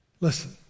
Listen